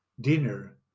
dinner